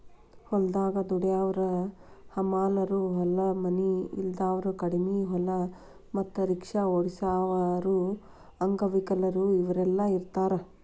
ಹೊಲದಾಗ ದುಡ್ಯಾವರ ಹಮಾಲರು ಹೊಲ ಮನಿ ಇಲ್ದಾವರು ಕಡಿಮಿ ಹೊಲ ಮತ್ತ ರಿಕ್ಷಾ ಓಡಸಾವರು ಅಂಗವಿಕಲರು ಇವರೆಲ್ಲ ಬರ್ತಾರ